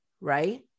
right